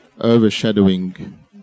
overshadowing